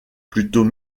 plutôt